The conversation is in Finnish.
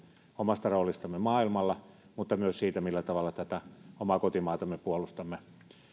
omasta roolistamme maailmalla mutta myös siitä millä tavalla tätä omaa kotimaatamme puolustamme